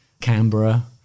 Canberra